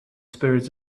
spirits